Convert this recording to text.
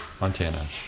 Montana